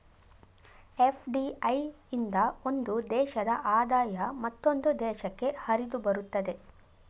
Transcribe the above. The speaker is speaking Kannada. ಎಫ್.ಡಿ.ಐ ಇಂದ ಒಂದು ದೇಶದ ಆದಾಯ ಮತ್ತೊಂದು ದೇಶಕ್ಕೆ ಹರಿದುಬರುತ್ತದೆ